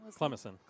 Clemson